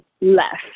left